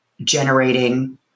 generating